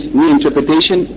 reinterpretation